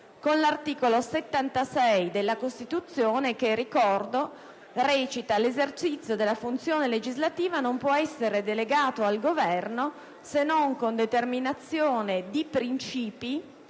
con l'articolo 76 della Costituzione che, lo ricordo, recita: «L'esercizio della funzione legislativa non può essere delegato al Governo se non con determinazione di princìpi